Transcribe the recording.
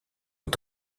est